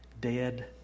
Dead